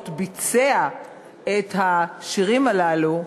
ביצע את השירים הללו,